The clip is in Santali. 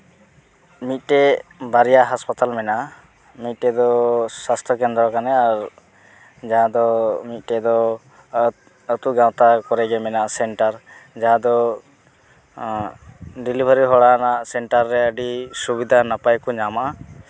ᱢᱤᱫᱴᱮᱱ ᱵᱟᱨᱭᱟ ᱦᱟᱥᱯᱟᱛᱟᱞ ᱢᱮᱱᱟᱜᱼᱟ ᱢᱤᱫᱴᱮᱱ ᱫᱚ ᱥᱟᱥᱛᱷᱚ ᱠᱮᱫᱨᱚ ᱠᱟᱱᱟ ᱟᱨ ᱡᱟᱦᱟᱸ ᱫᱚ ᱢᱤᱫᱴᱮᱱ ᱫᱚ ᱟᱹᱛᱩ ᱜᱟᱶᱛᱟ ᱠᱚᱨᱮ ᱜᱮ ᱢᱮᱱᱟᱜᱼᱟ ᱥᱮᱱᱴᱟᱨ ᱡᱟᱦᱟᱸ ᱫᱚ ᱰᱮᱞᱤᱵᱷᱟᱹᱨᱤ ᱦᱚᱲᱟᱜ ᱚᱱᱟ ᱥᱮᱱᱴᱟᱨ ᱨᱮ ᱟᱹᱰᱤ ᱥᱩᱵᱤᱫᱷᱟ ᱱᱟᱯᱟᱭ ᱠᱚ ᱧᱟᱢᱟ